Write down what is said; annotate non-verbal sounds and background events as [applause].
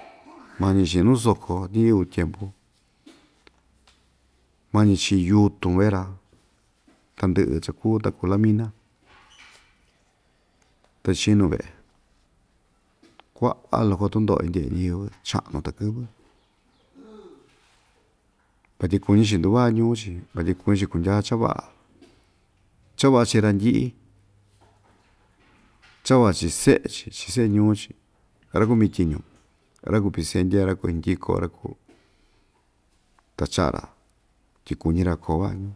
[noise] mañi chi'in nusoko ñiyɨvɨ tyempu [noise] mañi chi'in yutun vee‑ra tandɨ'ɨ cha kuu ta kuu lamina ta ichinu ve'e kua'a loko tundo'o indye'e ñiyɨvɨ cha'nu takɨ́vɨ vatyi kuñi‑chi nduva'a ñuu‑chi vatyi kuñi‑chi kundyaa cha va'a cha va'a chii randyi'i cha va'a chii se'e‑chi chi se'e ñuu‑chi ra‑kumi tyiñu ra‑kuu pisendye ra‑kuu hndyɨko ra‑kuu ta cha'a‑ra tyi kuñi‑ra koo va'a ñuu.